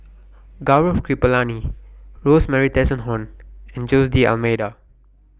Gaurav Kripalani Rosemary Tessensohn and Jose D'almeida